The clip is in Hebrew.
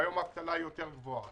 והיום האבטלה יותר גבוהה.